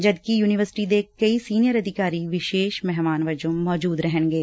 ਜਦਕਿ ਯੁਨੀਵਰਸਿਟੀ ਦੇ ਕਈ ਸੀਨੀਅਰ ਅਧਿਕਾਰੀ ਵਿਸ਼ੇਸ਼ ਮਹਿਮਾਨ ਵਜੋਂ ਮੌਜੁਦ ਰਹਿਣਗੇ